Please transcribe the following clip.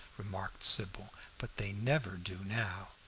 remarked sybil, but they never do now.